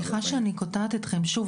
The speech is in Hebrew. סליחה שאני קוטעת אתכם שוב,